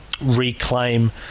reclaim